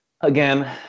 again